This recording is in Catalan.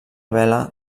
vela